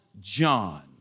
John